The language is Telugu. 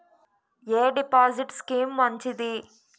ఎ డిపాజిట్ స్కీం మంచిది?